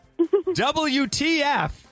WTF